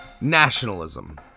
nationalism